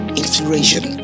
inspiration